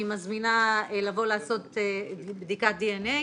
אני מזמינה לבוא לעשות בדיקת דנ"א.